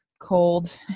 cold